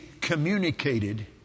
communicated